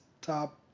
top